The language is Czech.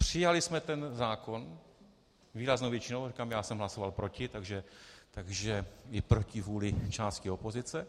Přijali jsme ten zákon výraznou většinou říkám, já jsem hlasoval proti , takže i proti vůli části opozice.